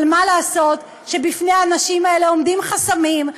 אבל מה לעשות שבפני הנשים האלה עומדים חסמים,